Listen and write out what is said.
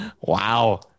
wow